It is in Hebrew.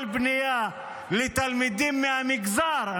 כל פנייה של תלמידים מהמגזר,